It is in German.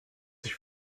ich